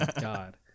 god